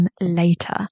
later